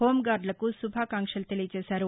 హోంగార్దులకు శుభాకాంక్షలు తెలియజేశారు